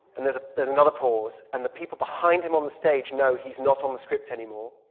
and there's there's another pause and the people behind him on the stage know he's not on the script anymore.